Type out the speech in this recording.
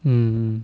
mm